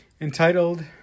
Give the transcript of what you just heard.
entitled